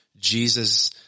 Jesus